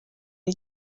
ari